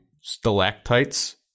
stalactites